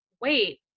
wait